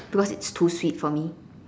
because it's too sweet for me